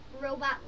robot